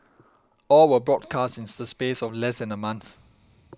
all were broadcast in the space of less than a month